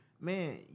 Man